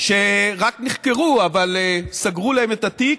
שרק נחקרו, סגרו להם את התיק,